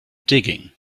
digging